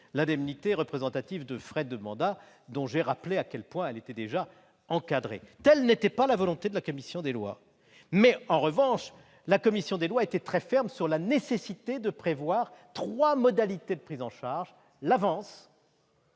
l'indemnité représentative de frais de mandat, dont j'ai rappelé à quel point elle était déjà encadrée. Telle n'était pas la volonté de la commission des lois. En revanche, nous avons insisté très fermement sur la nécessité de prévoir trois modalités de prise en charge des